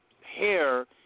hair